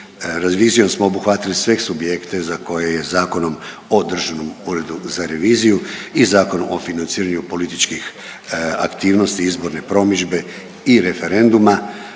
revizijom smo obuhvatili sve subjekte za koje je Zakonom o državnom uredu za reviziju i Zakonom o financiranju političkih aktivnosti, izborne promidžbe i referenduma,